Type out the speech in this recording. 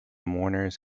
mourners